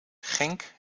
genk